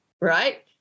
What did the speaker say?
right